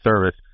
service